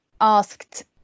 asked